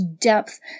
depth